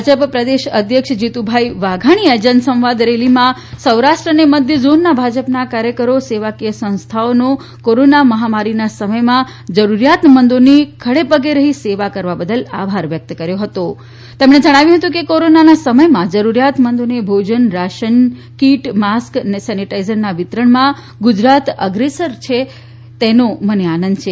ભાજપા પ્રદેશ અધ્યક્ષશ્રી જીતુભાઈ વાધાણીએ સૌરાષ્ટ્ર અને મધ્ય ઝોનના ભાજપાના કાર્યકરો સેવાકીય સંસ્થાઓનો કોરોના મહામારીના સમયમાં જરૂરિયાતમંદોની ખડે પગે રહી સેવા કરવા બદલ આભાર વ્યક્ત કર્યો હતો અને જણાવ્યું હતું કે કોરોનાના સમયમાં જરૂરિયાતમંદોને ભોજન રાશન કીટ માસ્ક સેનીટાઈઝરના વિતરણમાં ગુજરાત અગ્રેસર રહ્યું છે તેનો મને આનંદ છે